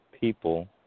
People